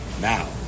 now